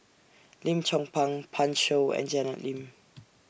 Lim Chong Pang Pan Shou and Janet Lim